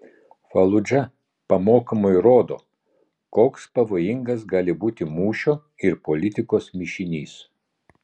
faludža pamokomai rodo koks pavojingas gali būti mūšio ir politikos mišinys